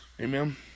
amen